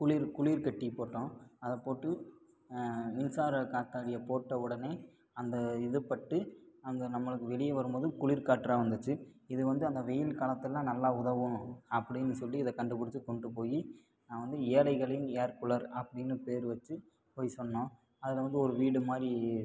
குளிர் குளிர் கட்டி போட்டோம் அதை போட்டு மின்சார காத்தாடியை போட்ட உடனே அந்த இது பட்டு அந்த நம்மளுக்கு வெளிய வரும்போது குளிர் காற்றாக வந்துச்சு இது வந்து அந்த வெயில் காலத்திலலாம் நல்லா உதவும் அப்படின்னு சொல்லி இதை கண்டுபிடிச்சி கொண்டு போய் நான் வந்து ஏழைகளின் ஏர் கூலர் அப்படின்னு பேர் வச்சு போய் சொன்னோம் அதில் வந்து ஒரு வீடுமாதிரி